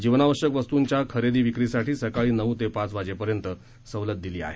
जीवनावश्यक वस्तूंच्या खरेदी विक्रीसाठी सकाळी नऊ ते पाच वाजेपर्यंत सवलत दिली आहे